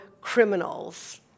criminals